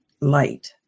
light